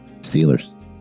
Steelers